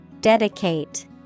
Dedicate